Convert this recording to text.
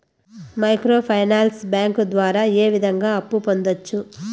micro finance bank ద్వారా ఏ విధంగా అప్పు పొందొచ్చు